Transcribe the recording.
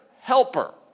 helper